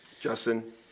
justin